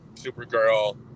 Supergirl